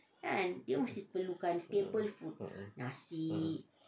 um um um